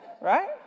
right